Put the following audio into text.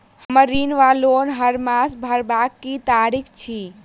हम्मर ऋण वा लोन हरमास भरवाक की तारीख अछि?